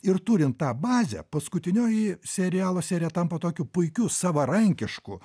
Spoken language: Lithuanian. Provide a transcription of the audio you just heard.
ir turint tą bazę paskutinioji serialo serija tampa tokiu puikiu savarankišku